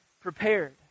prepared